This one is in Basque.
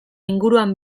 inguruan